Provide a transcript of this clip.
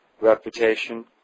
reputation